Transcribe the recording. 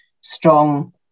strong